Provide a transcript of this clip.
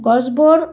গছবোৰ